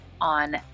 on